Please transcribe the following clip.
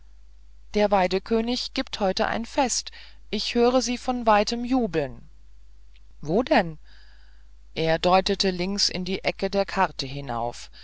der waidekönig gibt heute ein fest ich höre sie von weitem jubeln wo denn er deutete links in die ecke der karte hinauf